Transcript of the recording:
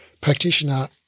practitioner